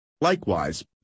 likewise